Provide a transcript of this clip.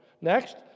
Next